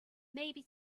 maybe